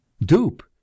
dupe